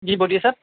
جی بولیے سر